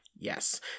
yes